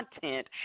content